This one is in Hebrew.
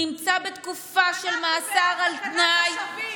נמצא בתקופה של מאסר על תנאי,